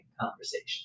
conversation